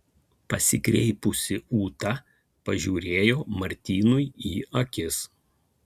pasikreipusi ūta pažiūrėjo martynui į akis